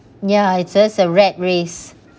ya its just a rat race